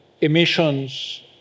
emissions